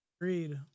Agreed